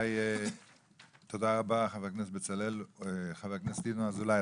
חבר הכנסת ינון אזולאי,